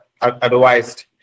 advised